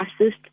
assist